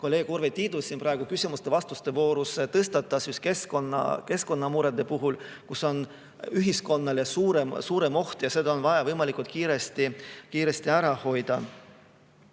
kolleeg Urve Tiidus siin praegu küsimuste-vastuste voorus tõi: näiteks keskkonnamurede puhul, kui on ühiskonnale suurem oht ja seda on vaja võimalikult kiiresti ära hoida.